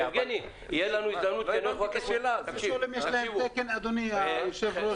יבגני, תהיה לנו עוד הזדמנות -- אדוני היושב ראש,